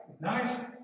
Nice